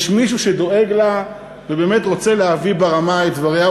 יש מישהו שדואג לה ובאמת רוצה להביא ברמה את דבריה,